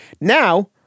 Now